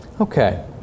Okay